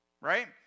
right